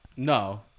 No